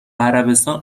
عربستان